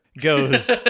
goes